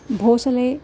Bhosle